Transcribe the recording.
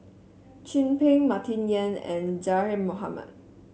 Chin Peng Martin Yan and Zaqy Mohamad